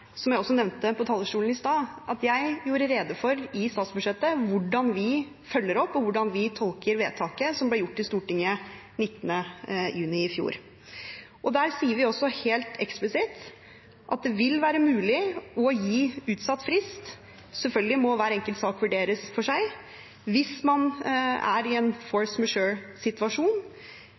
jeg i forbindelse med statsbudsjettet gjorde rede for hvordan vi følger opp, og hvordan vi tolker vedtaket som ble gjort i Stortinget den 19. juni i fjor. Der sier vi også helt eksplisitt at det vil være mulig å gi utsatt frist – selvfølgelig må hver enkelt sak vurderes for seg – hvis man er i en force